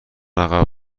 عقب